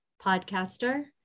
podcaster